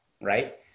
right